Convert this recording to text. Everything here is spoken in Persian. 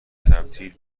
تبدیل